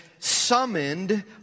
summoned